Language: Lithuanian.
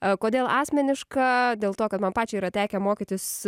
o kodėl asmenišką dėl to kad man pačiai yra tekę mokytis